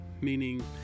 meaning